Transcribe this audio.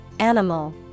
Animal